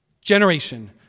Generation